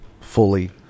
fully